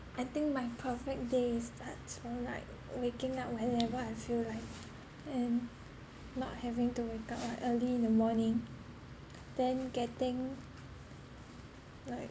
I think my perfect day it starts from like waking up whenever I feel like and not having to wake up like early in the morning then getting like